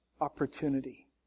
opportunity